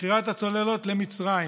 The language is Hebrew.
מכירת הצוללות למצרים,